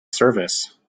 service